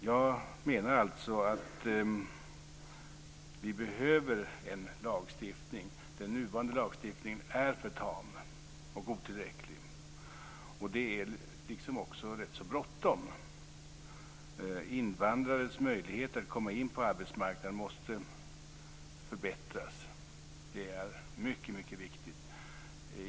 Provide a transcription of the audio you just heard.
Jag menar alltså att vi behöver en lagstiftning. Den nuvarande lagstiftningen är för tam och otillräcklig. Det är också rätt bråttom. Invandrares möjlighet att komma in på arbetsmarknaden måste förbättras. Det är mycket viktigt.